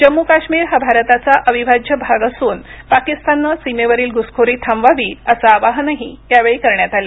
जम्मू काश्मीर हा भारताचा अविभाज्य भाग असून पाकिस्ताननं सीमेवरील घ्रसखोरी थांबवावी असं आवाहनही यावेळी करण्यात आलं